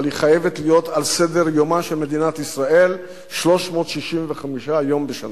אבל הן חייבות להיות על סדר-יומה של מדינת ישראל 365 ימים בשנה.